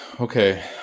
Okay